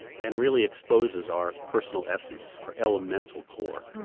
and really exposes our personal essence, our elemental core.